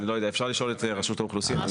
אפשר לשאול את רשות האוכלוסין.